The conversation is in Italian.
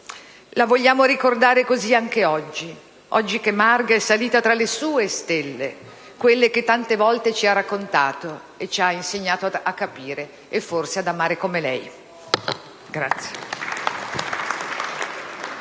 La vogliamo ricordare così anche oggi, oggi che Marghe è salita tra le sue stelle, quelle che tante volte ci ha raccontato e ci ha insegnato a capire e forse ad amare come lei.